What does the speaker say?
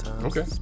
Okay